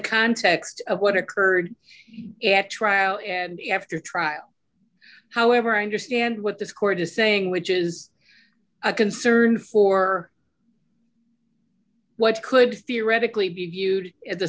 context of what occurred at trial and after trial however i understand what this court is saying which is a concern for what could theoretically be viewed as a